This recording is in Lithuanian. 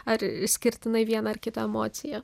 ar išskirtinai vieną ar kitą emociją